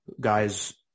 Guys